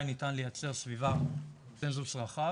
ניתן לייצר סביבה עם קונצנזוס רחב,